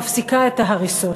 מפסיקה את ההריסות.